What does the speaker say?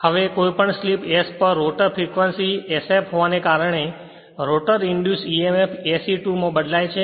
હવે કોઈપણ slip s પર રોટર ફ્રીક્વન્સી sf હોવાને કારણે રોટર ઇંડ્યુસ emf SE2 માં બદલાય છે